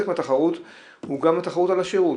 מהתחרות היא גם התחרות על השירות,